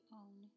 own